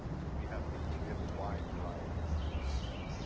so we have ah we have a wide variety of view i would say.